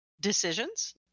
decisions